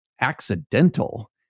accidental